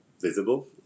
visible